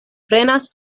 prenas